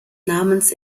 namens